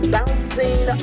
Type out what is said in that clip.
Bouncing